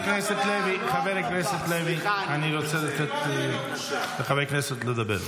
חבר הכנסת לוי, אני רוצה לתת לחבר הכנסת לדבר.